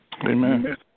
Amen